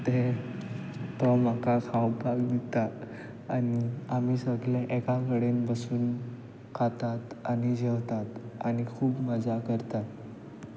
तें तो म्हाका खावपाक दिता आनी आमी सगले एका कडेन बसून खातात आनी जेवतात आनी खूब मजा करतात